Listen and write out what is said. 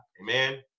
amen